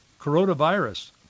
coronavirus